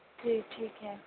جی ٹھیک ہے